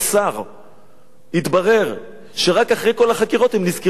התברר שרק אחרי כל החקירות הם נזכרו לקרוא מה כתוב בספר.